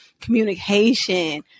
communication